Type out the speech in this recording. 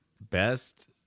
best